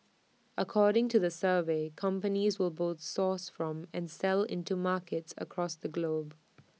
according to the survey companies will both source from and sell into markets across the globe